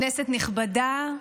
כנסת נכבדה,